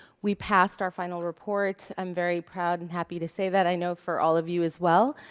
we passed our final report. i'm very proud and happy to say that i know, for all of you as well.